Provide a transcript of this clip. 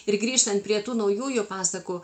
ir grįžtant prie tų naujųjų pasakų